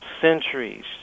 centuries